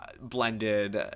blended